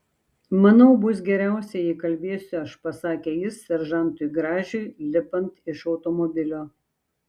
manau bus geriausia jei kalbėsiu aš pasakė jis seržantui gražiui lipant iš automobilio